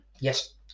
Yes